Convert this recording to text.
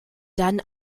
dann